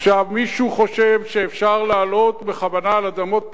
מישהו חושב שאפשר לעלות בכוונה על אדמות פרטיות?